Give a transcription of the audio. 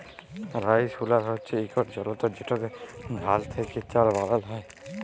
rice huller হছে ইকট যলতর যেটতে ধাল থ্যাকে চাল বালাল হ্যয়